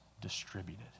distributed